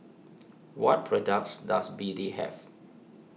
what products does B D have